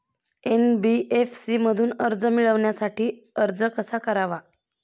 NBFC मधून कर्ज मिळवण्यासाठी अर्ज कसा करावा?